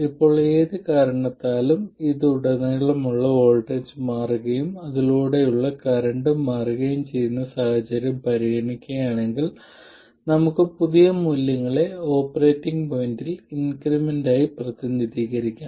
ഇപ്പോൾ ഏത് കാരണത്താലും ഇതിലുടനീളമുള്ള വോൾട്ടേജ് മാറുകയും അതിലൂടെയുള്ള കറന്റും മാറുകയും ചെയ്യുന്ന സാഹചര്യം പരിഗണിക്കുകയാണെങ്കിൽ നമുക്ക് പുതിയ മൂല്യങ്ങളെ ഓപ്പറേറ്റിംഗ് പോയിന്റിൽ ഇൻക്രിമെന്റായി പ്രതിനിധീകരിക്കാം